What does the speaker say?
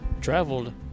traveled